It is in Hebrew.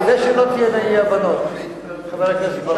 כדי שלא תהיינה אי-הבנות, חבר הכנסת בר-און.